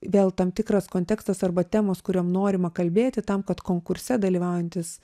vėl tam tikras kontekstas arba temos kuriom norima kalbėti tam kad konkurse dalyvaujantys